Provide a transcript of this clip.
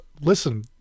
listen